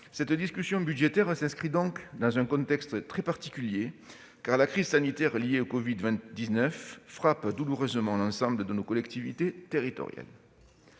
Cette discussion budgétaire s'inscrit donc dans un contexte très particulier, car la crise sanitaire liée au covid-19 frappe douloureusement l'ensemble de nos collectivités territoriales.